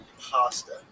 pasta